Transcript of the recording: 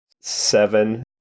Seven